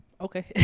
Okay